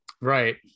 Right